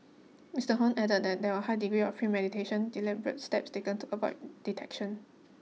Mister Hon added that there are high degree of premeditation deliberate steps taken to avoid detection